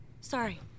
Sorry